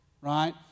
right